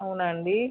అవునా అండీ